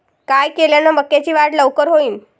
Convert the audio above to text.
काय केल्यान मक्याची वाढ लवकर होईन?